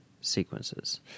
sequences